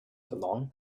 along